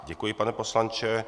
Děkuji, pane poslanče.